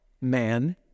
man